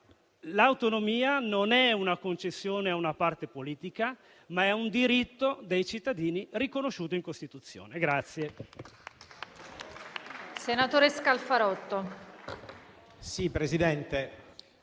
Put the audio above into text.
l'autonomia non è una concessione a una parte politica, ma è un diritto dei cittadini riconosciuto in Costituzione.